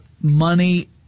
money